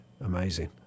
amazing